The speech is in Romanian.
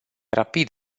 rapid